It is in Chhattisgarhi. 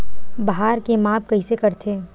भार के माप कइसे करथे?